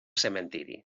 cementiri